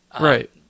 Right